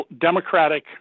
democratic